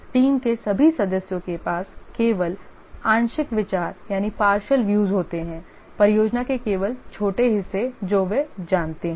team के सभी सदस्यों के पास केवल आंशिक विचार होते हैं परियोजना के केवल छोटे हिस्से जो वे जानते हैं